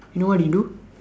you know what he do